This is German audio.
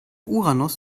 uranus